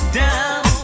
down